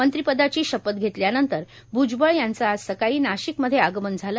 मंत्रीपदाची शपथ घेतल्यानंतर भ्जबळ यांचं आज सकाळी नाशिकमध्ये आगमन झालं